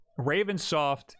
Ravensoft